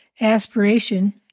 Aspiration